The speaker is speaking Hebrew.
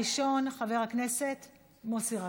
המציע הראשון הוא חבר הכנסת מוסי רז,